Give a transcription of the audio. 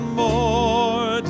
more